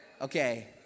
Okay